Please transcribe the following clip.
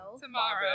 Tomorrow